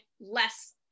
less